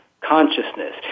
consciousness